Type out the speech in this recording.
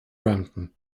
brampton